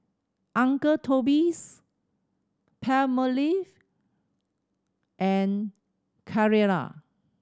Uncle Toby's Palmolive and Carrera